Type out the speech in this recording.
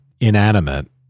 inanimate